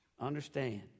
Understand